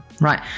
right